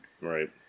Right